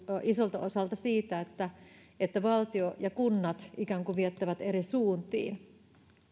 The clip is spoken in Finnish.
isolta osalta se että valtio ja kunnat ikään kuin viettävät eri suuntiin